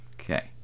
Okay